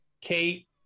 Kate